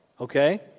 Okay